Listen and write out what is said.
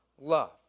love